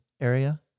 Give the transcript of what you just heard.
area